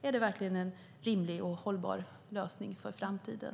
Är det verkligen en rimlig och hållbar lösning för framtiden?